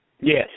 Yes